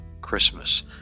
christmas